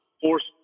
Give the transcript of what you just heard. force